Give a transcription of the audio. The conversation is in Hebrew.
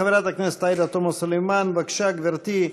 חברת הכנסת עאידה תומא סלימאן, בבקשה, גברתי.